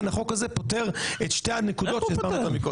החוק הזה פותר את שתי הנקודות שהסברתי לך מקודם.